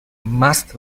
must